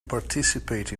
participate